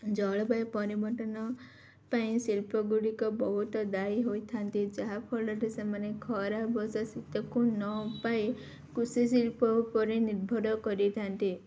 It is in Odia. ଜଳବାୟୁ ପରିବର୍ତ୍ତନ ପାଇଁ ଶିଳ୍ପ ଗୁଡ଼ିକ ବହୁତ ଦାୟୀ ହୋଇଥାନ୍ତି ଯାହାଫଳରେ ସେମାନେ ଖରା ବର୍ଷା ଶୀତକୁ ନ ପାଇ କୃଷି ଶିଳ୍ପ ଉପରେ ନିର୍ଭର କରିଥାନ୍ତି